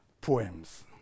poems